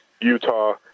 Utah